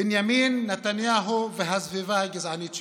בנימין נתניהו והסביבה הגזענית שלו,